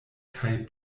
kaj